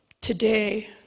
today